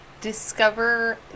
discover